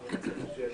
התש"ף-2020.